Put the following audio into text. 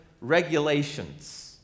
regulations